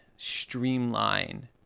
streamline